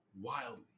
wildly